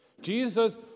Jesus